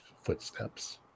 footsteps